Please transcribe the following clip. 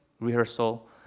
rehearsal